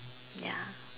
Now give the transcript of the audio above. ya